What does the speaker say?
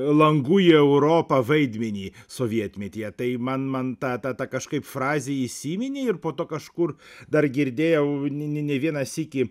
langų į europą vaidmenį sovietmetyje tai man man ta ta ta kažkaip frazė įsiminė ir po to kažkur dar girdėjau ne ne ne vieną sykį